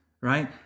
right